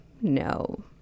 No